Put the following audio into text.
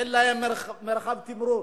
אין להם מרחב תמרון.